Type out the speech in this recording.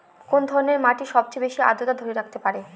কোন ধরনের মাটি সবচেয়ে বেশি আর্দ্রতা ধরে রাখতে পারে?